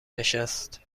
نشست